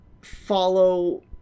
follow